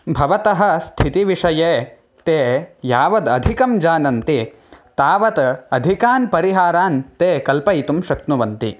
भवतः स्थितिविषये ते यावदधिकं जानन्ति तावत् अधिकान् परिहारान् ते कल्पयितुं शक्नुवन्ति